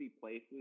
places